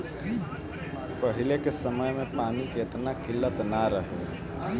पहिले के समय में पानी के एतना किल्लत ना रहे